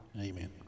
Amen